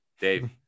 Dave